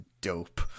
dope